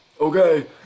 Okay